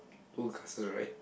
two cars to the right